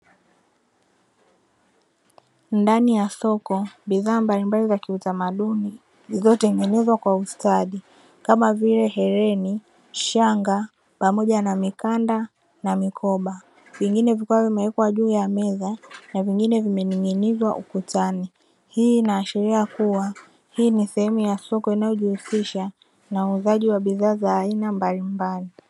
Ndani ya soko bidhaa mbalimbali za kiutamaduni zilizotengenezwa kwa ustadi kama vile: hereni, shanga pamoja na mikanda na mikoba vingine vikiwa kimewekwa juu ya meza na vingine vimenig`inizwa ukutani. Hii inaashiria kuwa hii ni sehemu ya soko inayojihusisha na uuzaji wa bidhaa za aina mbalimbali.